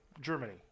Germany